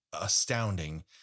astounding